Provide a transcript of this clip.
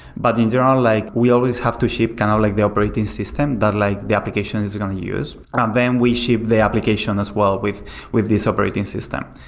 but in general, like we always have to ship kind of like the operating system that like the application is going to use then we ship the application as well with with this operating system.